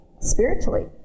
spiritually